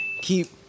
keep